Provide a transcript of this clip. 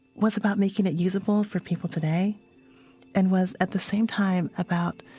was about making it usable for people today and was, at the same time, about